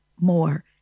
more